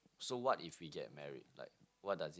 so what if we get married like what does it